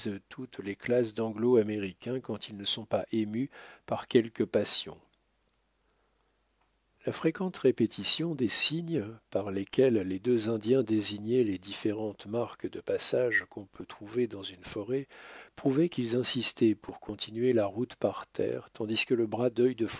toutes les classes danglo américains quand ils ne sont pas émus par quelque passion la fréquente répétition des signes par lesquels les deux indiens désignaient les différentes marques de passage qu'on peut trouver dans une forêt prouvait qu'ils insistaient pour continuer la route par terre tandis que le bras dœil de faucon